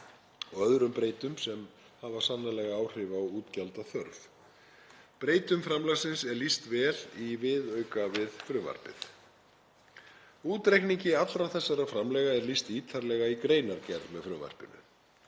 og öðrum breytum sem hafa sannarlega áhrif á útgjaldaþörf. Breytum framlagsins er lýst vel í viðauka við frumvarpið. Útreikningi allra þessara framlaga er lýst ítarlega í greinargerð með frumvarpinu.